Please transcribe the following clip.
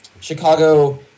Chicago